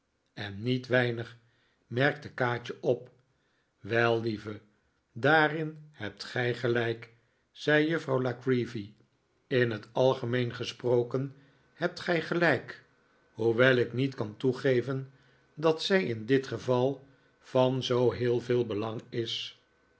en niet weinig merkte kaatje op wel lieve daarin hebt gij gelijk zei juffrouw la creevy in t algemeen gesproken hebt gij gelijk hoewel ik niet kan toegeven dat zij in dit geval van zoo heel veel belang is